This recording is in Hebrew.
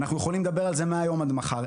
אנחנו יכולים לדבר על זה מהיום עד מחר.